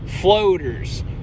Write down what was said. floaters